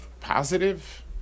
positive